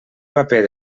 paper